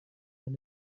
than